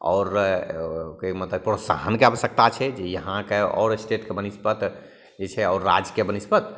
आओर कहैके मतलब प्रोत्साहनके आवश्यकता छै जे यहाँके आओर इस्टेटके बनिस्पत जे छै आओर राज्यके बनिस्पत